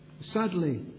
Sadly